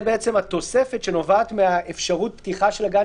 זאת התוספת שנובעת מאפשרות הפתיחה של גן